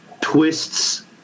twists